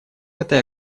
этой